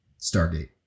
Stargate